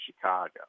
Chicago